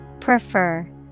Prefer